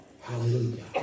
Hallelujah